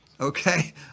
Okay